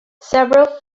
several